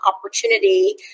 opportunity